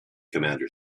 commander